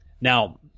Now